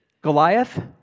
Goliath